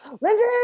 Lindsay